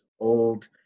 old